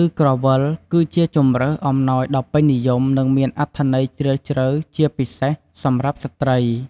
ឬក្រវិល គឺជាជម្រើសអំណោយដ៏ពេញនិយម និងមានអត្ថន័យជ្រាលជ្រៅ ជាពិសេសសម្រាប់ស្ត្រី។